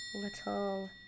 little